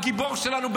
ה"גיבור" שלנו,